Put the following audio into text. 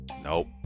Nope